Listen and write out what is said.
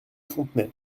fontenay